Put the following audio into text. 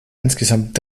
insgesamt